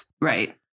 Right